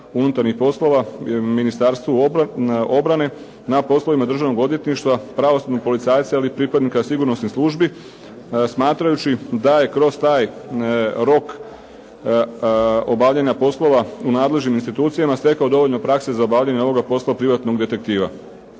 unutarnjih poslova, Ministarstvu obrane na poslovima državnog odvjetništva, pravosudnog policajca ili pripadnika sigurnosnih službi smatrajući da je kroz taj rok obavljanja poslova u nadležnim institucijama stekao dovoljno prakse za obavljanje ovog posla privatnog detektiva.